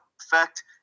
effect